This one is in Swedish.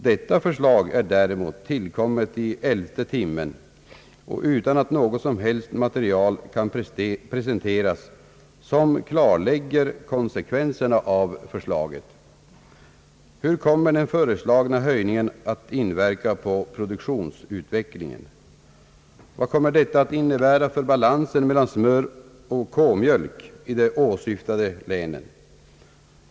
Detta förslag är däremot tillkommet i elfte timmen och utan att något som helst material kan presenteras, som klarlägger konsekvenserna av förslaget. Hur kommer den föreslagna höjningen att inverka på produktionsutvecklingen? Vad kommer detta att innebära för balansen mellan smör och k-mjölk i de åsyftade länen?